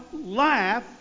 laugh